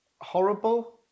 horrible